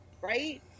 right